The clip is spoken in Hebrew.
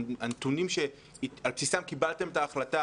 הנתונים שעל בסיסם קיבלתם את ההחלטה